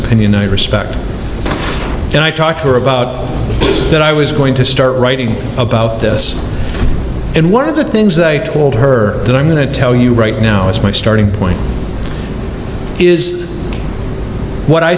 opinion i respect and i talked to her about that i was going to start writing about this and one of the things they told her that i'm going to tell you right now as my starting point is what i